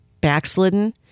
backslidden